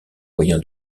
moyen